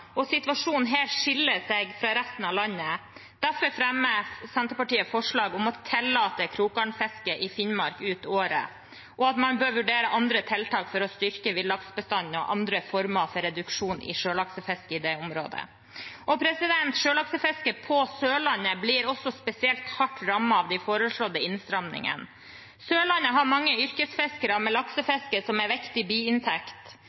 og situasjonen her skiller seg fra resten av landet. Derfor er Senterpartiet med på å fremme forslag om å tillate krokgarnfiske i Finnmark ut året, og at man bør vurdere andre tiltak for å styrke villaksbestanden og andre former for reduksjon i sjølaksefiske i det området. Sjølaksefisket på Sørlandet blir også spesielt hardt rammet av de foreslåtte innstrammingene. Sørlandet har mange yrkesfiskere med